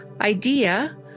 idea